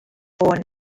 born